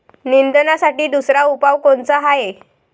निंदनासाठी दुसरा उपाव कोनचा हाये?